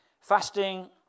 Fasting